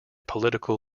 political